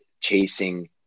chasing